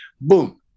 Boom